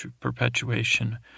perpetuation